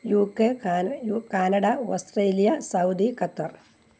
you K Canada Australia Saudi Qatar